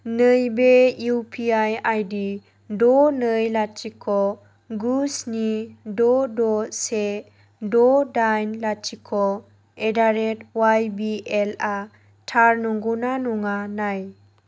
नैबे इउपिआइ आइदि द' नै लाथिख' गु स्नि द' द' से द' दाइन लाथिख' एदारेट वाइबिएलआ थार नंगौ ना नङा नाय